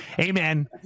Amen